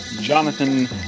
Jonathan